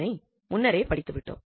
அதனை முன்னரே படித்துவிட்டோம்